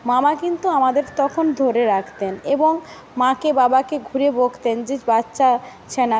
মামা কিন্তু আমাদের তখন ধরে রাখতেন এবং মাকে বাবাকে ঘুরিয়ে বকতেন যে বাচ্চা ছানা